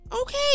Okay